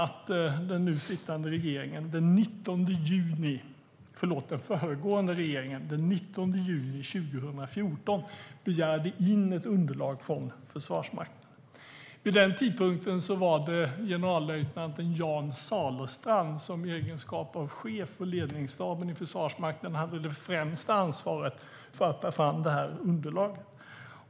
Jag kan konstatera att den föregående regeringen den 19 juni 2014 begärde in ett underlag från Försvarsmakten. Vid den tidpunkten var det generallöjtnant Jan Salestrand som i egenskap av chef för ledningsstaben i Försvarsmakten hade det främsta ansvaret för att ta fram underlaget.